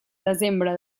desembre